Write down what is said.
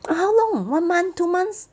how long one month two months